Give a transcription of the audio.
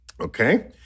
Okay